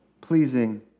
pleasing